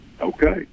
okay